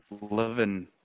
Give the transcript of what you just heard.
living